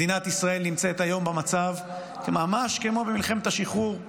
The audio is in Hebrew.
מדינת ישראל נמצאת היום במצב ממש כמו במלחמת השחרור,